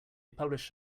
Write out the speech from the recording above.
published